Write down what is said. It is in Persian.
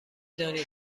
دانید